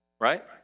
right